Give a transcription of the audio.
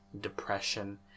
depression